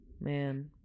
man